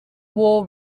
war